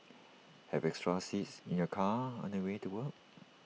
have extra seats in your car on the way to work